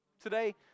today